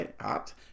hot